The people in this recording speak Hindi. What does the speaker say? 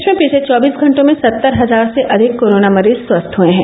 देश में पिछले चौबीस घंटों में सत्तर हजार से अधिक कोरोना मरीज स्वस्थ हए हैं